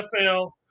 NFL